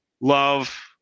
love